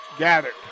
Gathered